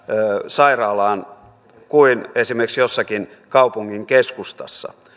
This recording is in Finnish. sairaalaan kuin esimerkiksi jossakin kaupungin keskustassa